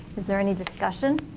is there any discussion?